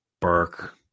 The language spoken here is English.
Burke